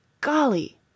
Golly